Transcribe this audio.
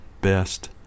best